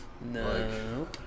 No